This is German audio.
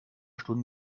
stunden